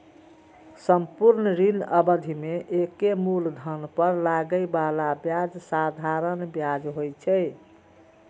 संपूर्ण ऋण अवधि मे एके मूलधन पर लागै बला ब्याज साधारण ब्याज होइ छै